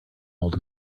old